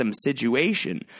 situation